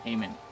Amen